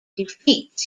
defeats